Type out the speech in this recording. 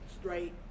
straight